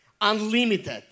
Unlimited